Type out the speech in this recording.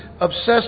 obsessed